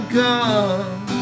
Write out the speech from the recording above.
gone